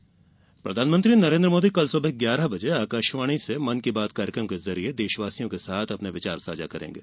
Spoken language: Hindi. मन की बात प्रधानमंत्री नरेंद्र मोदी कल सुबह ग्यारह बजे आकाशवाणी से मन की बात कार्यक्रम के जरिए देशवासियों के साथ अपने विचार साझा करेंगे